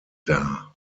dar